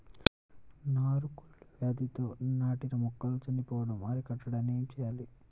నారు కుళ్ళు వ్యాధితో నాటిన మొక్కలు చనిపోవడం అరికట్టడానికి ఏమి చేయాలి?